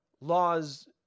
laws